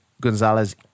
Gonzalez